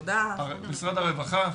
משרד הרווחה.